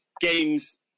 games